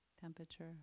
temperature